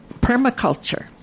permaculture